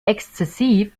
exzessiv